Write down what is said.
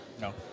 No